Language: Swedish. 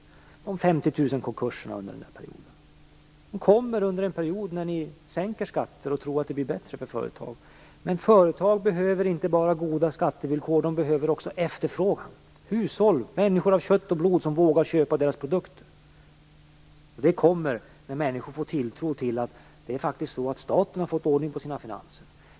Det var 50 000 konkurser under den här perioden. Det kommer under perioder när ni sänker skatter och tror att det blir bättre för företag. Men företag behöver inte bara goda skattevillkor utan också efterfrågan, från hushåll, människor av kött och blod, som vågar köpa deras produkter. Det kommer när människor får tilltro till att staten har fått ordning på sina finanser.